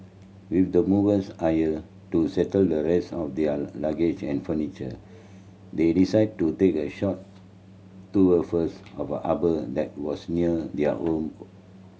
with the movers hired to settle the rest of their luggage and furniture they decided to take a short tour first of a harbour that was near their home